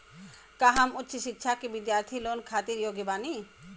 का हम उच्च शिक्षा के बिद्यार्थी लोन खातिर योग्य बानी?